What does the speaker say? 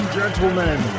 gentlemen